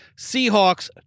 Seahawks